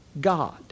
God